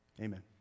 amen